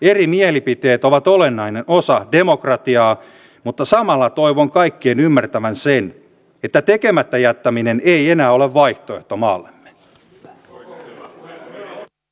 eri mielipiteet ovat olennainen osa demokratiaa mutta samalla toivon kaikkien ymmärtävän sen että tekemättä jättäminen ei enää ole vaihtoehto maallemme